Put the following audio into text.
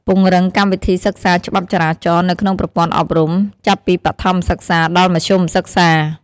ពង្រឹងកម្មវិធីសិក្សាច្បាប់ចរាចរណ៍ នៅក្នុងប្រព័ន្ធអប់រំ ចាប់ពីបឋមសិក្សាដល់មធ្យមសិក្សា។